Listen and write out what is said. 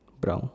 brown